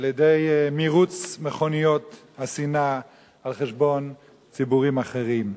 על-ידי מירוץ מכוניות השנאה על חשבון ציבורים אחרים.